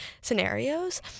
scenarios